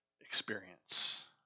experience